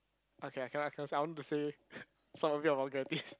okay I cannot cannot say I want to say some of it are vulgarities